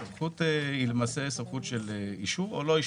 הסמכות היא של אישור או לא אישור.